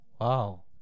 wow